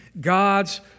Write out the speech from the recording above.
God's